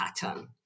pattern